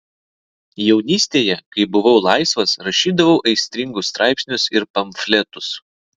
jaunystėje kai buvau laisvas rašydavau aistringus straipsnius ir pamfletus